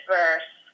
verse